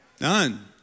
None